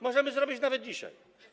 Możemy zrobić to nawet dzisiaj.